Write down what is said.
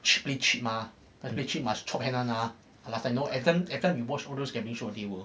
cheat play cheat mah play cheat must chop hand [one] ah last time everytime everytime you watch those gambling show they will